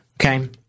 okay